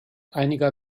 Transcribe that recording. einiger